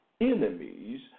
enemies